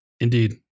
Indeed